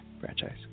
Franchise